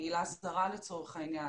הקהילה הזרה לצורך העניין,